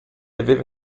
aveva